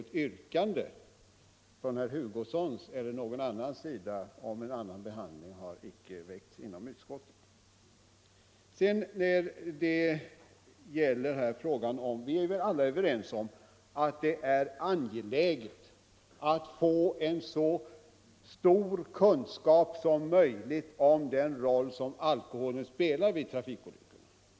Tisdagen den Något yrkande om en annan behandling har icke väckts inom utskottet, 10 december 1974 vare sig av herr Hugosson eller någon annan. Moe NEE Lila Vi är alla överens om att det är angeläget att få så stora kunskaper Alkoholens roll vid som möjligt om den roll alkoholen spelar vid trafikolyckorna.